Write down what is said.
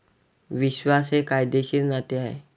विश्वास हे कायदेशीर नाते आहे